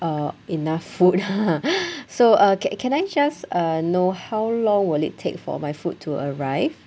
uh enough food so uh can can I just uh know how long will it take for my food to arrive